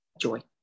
joy